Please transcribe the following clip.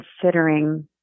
considering